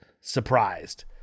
surprised